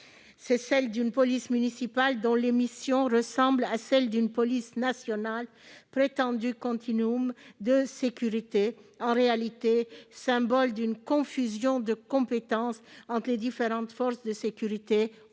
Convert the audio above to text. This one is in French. ce texte : une police municipale dont les missions ressemblent à celles d'une police nationale- prétendu continuum de sécurité, en réalité symbole d'une confusion de compétences entre les différentes forces de sécurité, à laquelle